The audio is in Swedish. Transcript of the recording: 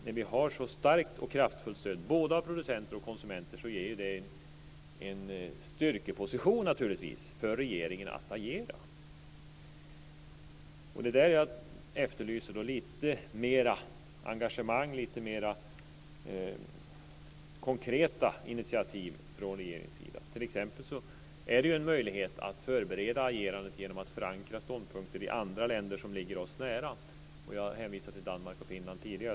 När vi har så kraftfullt stöd både av konsumenter och producenter så ger ju det en styrkeposition för regeringen att agera från. Då efterlyser jag lite mer engagemang, lite mer konkreta initiativ från regeringens sida. Det är ju t.ex. en möjlighet att förbereda agerandet genom att förankra ståndpunkter i andra länder som ligger oss nära. Jag har hänvisat till Danmark och Finland tidigare.